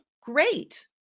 Great